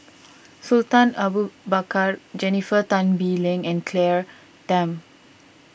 Sultan Abu Bakar Jennifer Tan Bee Leng and Claire Tham